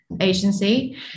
agency